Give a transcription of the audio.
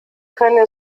können